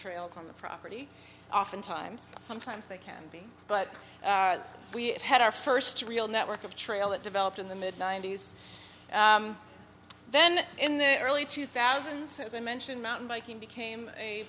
trails on the property oftentimes sometimes they can be but we had our first real network of trail that developed in the mid ninety's then in the early two thousand says i mentioned mountain biking became a